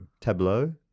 Tableau